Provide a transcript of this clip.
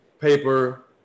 paper